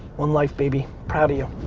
one life, baby. proud of you.